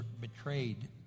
betrayed